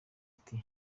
ati